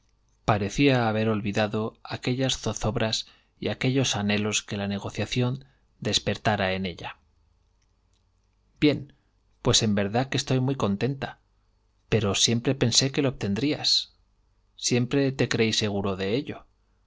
parecía haber olvidado aquellas zozobras y aquellos anhelos que la negociación despertara en ella bien pues en verdad que estoy muy contenta pero siempre pensé que lo obtendrías siempre te creí seguro de ello